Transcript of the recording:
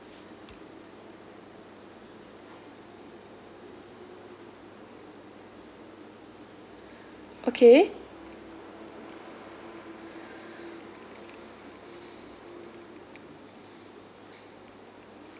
okay